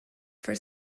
for